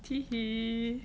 T he